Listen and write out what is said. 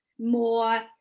more